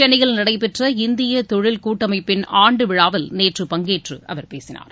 சென்னையில் நடைபெற்ற இந்தியதொழில் கூட்டமைப்பின் ஆண்டுவிழாவில் நேற்று பங்கேற்றுஅவர் பேசினார்